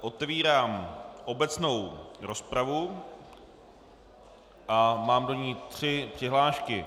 Otevírám obecnou rozpravu a mám do ní tři přihlášky.